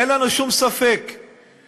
אין לנו שום ספק שמדובר,